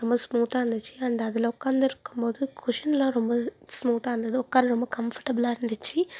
ரொம்ப ஸ்மூத்தாக இருந்துச்சு அண்டு அதில் உக்காந்துருக்கும் போது குஷனெலாம் ரொம்ப ஸ்மூத்தாக இருந்தது உக்கார ரொம்ப கம்ஃபர்டபுலாக இருந்துச்சு